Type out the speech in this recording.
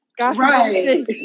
Right